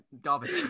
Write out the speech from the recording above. garbage